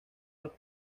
los